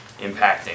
impacting